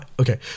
okay